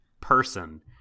person